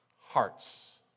hearts